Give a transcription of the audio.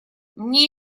мне